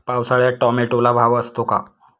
पावसाळ्यात टोमॅटोला भाव असतो का?